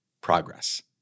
progress